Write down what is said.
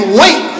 wait